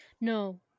No